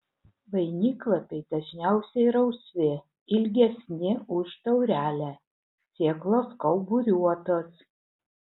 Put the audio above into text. vainiklapiai dažniausiai rausvi ilgesni už taurelę sėklos kauburiuotos